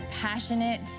passionate